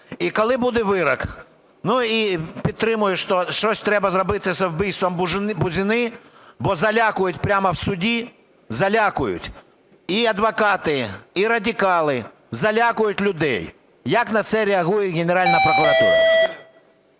Коли буде вирок? І підтримую, щось треба зробити з вбивством Бузини, бо залякують прямо в суді, залякують і адвокати, і радикали, залякують людей. Як на це реагує Генеральна прокуратура?